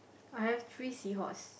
I have three seahorse